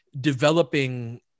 developing